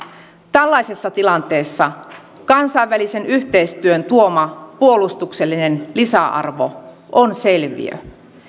tällaisessa tilanteessa kansainvälisen yhteistyön tuoma puolustuksellinen lisäarvo on selviö